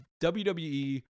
WWE